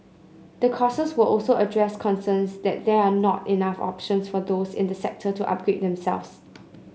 the courses will also address concerns that there are not enough options for those in the sector to upgrade themselves